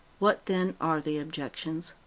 what, then, are the objections?